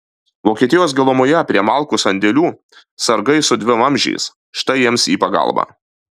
vokietijos gilumoje prie malkų sandėlių sargai su dvivamzdžiais štai jiems į pagalbą